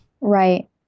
Right